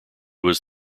was